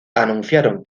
anunciaron